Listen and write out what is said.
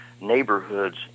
neighborhoods